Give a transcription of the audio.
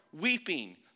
weeping